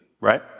right